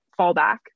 fallback